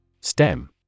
STEM